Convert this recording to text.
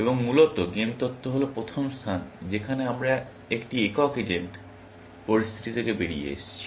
সুতরাং মূলত গেম তত্ত্ব হল প্রথম স্থান যেখানে আমরা একটি একক এজেন্ট পরিস্থিতি থেকে বেরিয়ে এসেছি